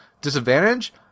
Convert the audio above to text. disadvantage